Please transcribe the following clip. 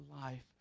life